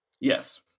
Yes